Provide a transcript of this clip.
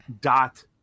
dot